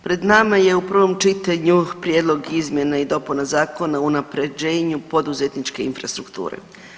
Pred nama je u prvom čitanju Prijedlog izmjenama i dopunama Zakona o unaprjeđenju poduzetničke infrastrukture.